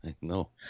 No